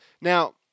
Now